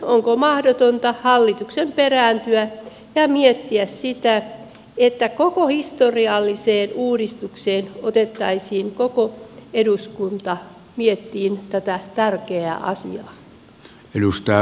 onko mahdotonta hallituksen perääntyä ja miettiä sitä että koko historialliseen uudistukseen otettaisiin koko eduskunta miettimään tätä tärkeää asiaa